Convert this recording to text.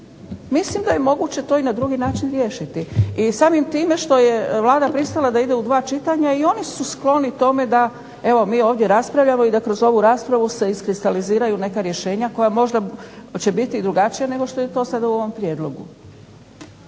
Mislim da je moguće to i na drugi način riješiti. I samim time što je Vlada pristala da ide u 2 čitanja i oni su skloni tome da evo mi ovdje raspravljamo i da kroz ovu raspravu se iskristaliziraju neka rješenja koja možda će biti drugačija nego što je to sad u ovom prijedlogu.